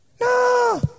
No